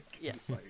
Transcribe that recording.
Yes